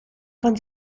von